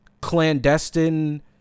clandestine